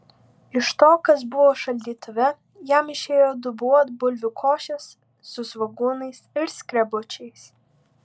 iš to kas buvo šaldytuve jam išėjo dubuo bulvių košės su svogūnais ir skrebučiais